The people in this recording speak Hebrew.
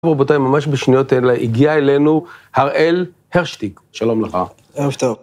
רבותיי, ממש בשניות אלה הגיע אלינו הראל הרשטיג. שלום לך. ערב טוב.